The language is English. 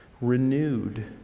renewed